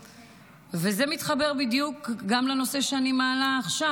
וזה מתחבר בדיוק גם לנושא שאני מעלה עכשיו.